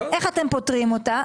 איך אתם פותרים ואתה?